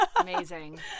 Amazing